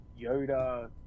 Yoda